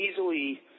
easily